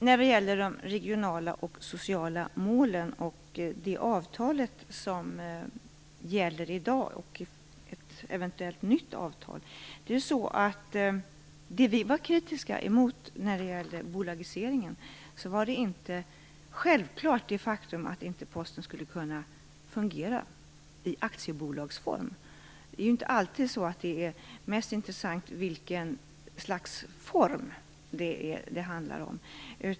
När det gäller de regionala och sociala målen och det avtal som gäller i dag och ett eventuellt nytt avtal var det som vi var kritiska emot när det gäller bolagiseringen självklart inte att Posten skulle kunna fungera i aktiebolagsform. Det är inte alltid så att det är mest intressant vilket slags form det handlar om.